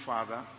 Father